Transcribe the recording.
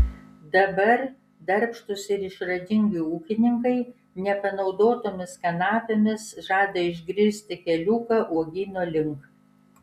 dabar darbštūs ir išradingi ūkininkai nepanaudotomis kanapėmis žada išgrįsti keliuką uogyno link